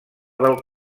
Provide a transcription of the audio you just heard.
del